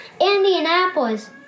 Indianapolis